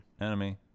Enemy